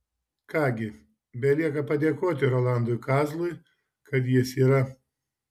ką gi belieka padėkoti rolandui kazlui kad jis yra